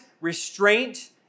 restraint